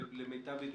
למיטב ידיעתך,